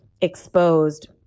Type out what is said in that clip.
exposed